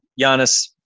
Giannis